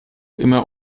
immer